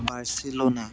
Barcelona